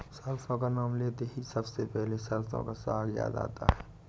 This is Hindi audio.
सरसों का नाम लेते ही सबसे पहले सरसों का साग याद आता है